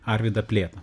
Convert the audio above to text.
arvydą plėtrą